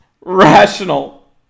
rational